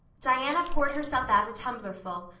diana poured herself out a tumblerful,